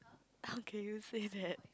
how can you say that